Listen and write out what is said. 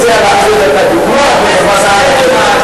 אני מציע להחליף את הדוגמה והכול יהיה בסדר.